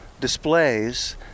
displays